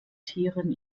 tieren